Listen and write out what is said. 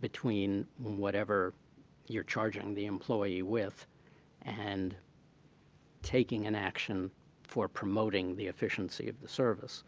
between whatever you're charging the employee with and taking an action for promoting the efficiency of the service.